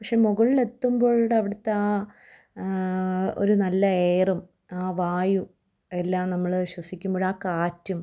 പക്ഷേ മുകളിൽ എത്തുമ്പോഴുള്ള അവിടുത്തെ ആ ഒരു നല്ല എയറും ആ വായു എല്ലാം നമ്മൾ ശ്വസിക്കുമ്പോൾ ആ കാറ്റും